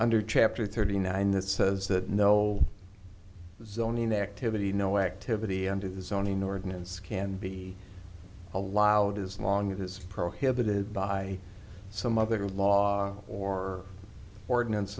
under chapter thirty nine that says that no zoning activity no activity under the zoning ordinance can be allowed as long it is prohibited by some other law or ordinance